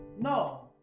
No